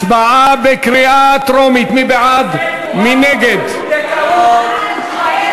אני מבקש לדעת: זה תמורת חוק הפונדקאות?